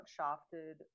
shafted